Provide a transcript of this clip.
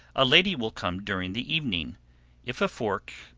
a lady will come during the evening if a fork,